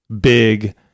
big